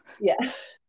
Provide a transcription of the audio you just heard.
yes